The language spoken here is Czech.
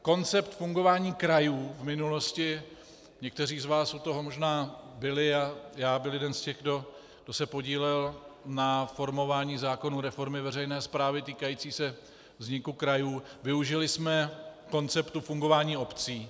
Koncept fungování krajů v minulosti někteří z vás u toho možná byli, a já byl jeden z těch, kdo se podílel na formování zákonů reformy veřejné správy týkající se vzniku krajů, využili jsme konceptu fungování obcí.